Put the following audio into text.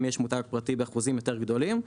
יש מותג פרטי באחוזים יותר גדולים.